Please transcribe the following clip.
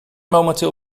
momenteel